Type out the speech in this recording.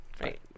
Right